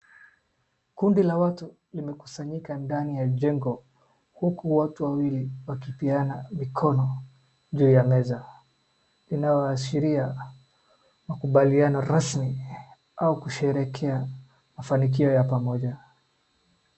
Kundi la watu limekusanyika ndani ya jengo, huku watu wawili wakitiana mikono juu ya meza, inayoashiria makubaliano rasmi au kusherehekea mafanikio ya pamoja.